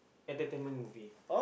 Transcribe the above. entertainment movie